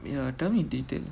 ya tell me in detail